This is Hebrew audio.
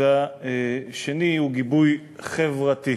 והשני הוא גיבוי חברתי.